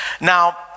Now